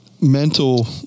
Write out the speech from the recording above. mental